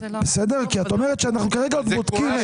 כי את אומרת שאנחנו כרגע בודקים את זה.